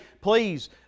please